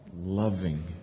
loving